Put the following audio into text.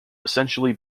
essentially